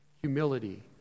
Humility